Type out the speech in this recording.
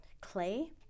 clay